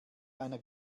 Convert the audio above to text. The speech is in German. einer